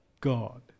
God